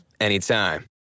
anytime